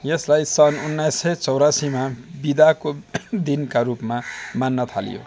यसलाई सन् उन्नाइस सय चौरासीमा विदाको दिनका रूपमा मान्न थालियो